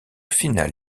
final